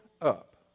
up